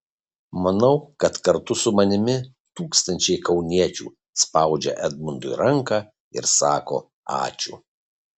manau kad kartu su manimi tūkstančiai kauniečių spaudžia edmundui ranką ir sako ačiū